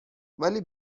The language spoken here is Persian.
ولی